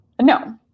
no